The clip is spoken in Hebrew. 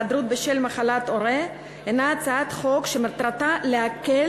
היעדרות בשל מחלת הורה) היא הצעת חוק שמטרתה להקל